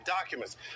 documents